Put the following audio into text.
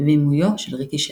בבימויו של ריקי שלח.